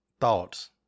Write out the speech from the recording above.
thoughts